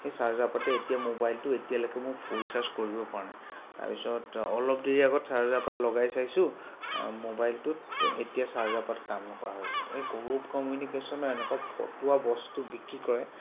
সেই চাৰ্জাৰপাতে এতিয়া মোবাইলটো এতিয়ালৈকে মোৰ ফুল চাৰ্জ কৰিবই পৰা নাই তাৰপিছত অলপ দেৰিৰ আগত চাৰ্জাৰপাত লগাই চাইছোঁ মোবাইলটোত এতিয়া চাৰ্জাৰপাত কাম নকৰা হৈছে এই কৌৰৱ কমিউনিকেশ্যনে এনেকুৱা ফটোৱা বস্তু বিক্ৰী কৰে